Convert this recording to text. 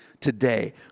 today